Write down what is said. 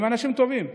הם אנשים טובים,